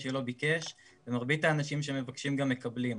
שלא ביקש ומרבית האנשים שמבקשים גם מקבלים.